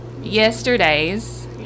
yesterdays